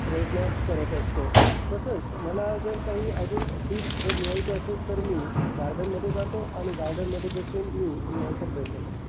प्रयत्न करत असतो तसंच मला जर काही अजून डीप जर लिहायचं असेल तर मी गार्डनमध्ये जातो आणि गार्डनमध्ये बसून मी लिहायचा प्रयत्न करतो